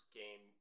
game